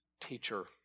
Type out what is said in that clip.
teacher